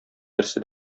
берсе